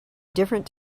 different